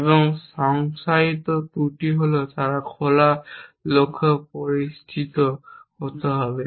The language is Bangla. এবং সংজ্ঞায়িত ত্রুটি হল তারা খোলা লক্ষ্য পরিচিত হতে হবে